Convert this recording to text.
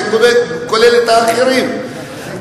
זה כולל את האחרים,